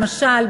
למשל,